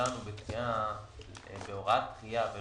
שהתהליך פה